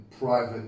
private